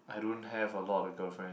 I don't have a lot of girlfriend